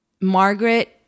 Margaret